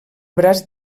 braç